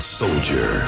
soldier